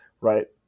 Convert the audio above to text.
right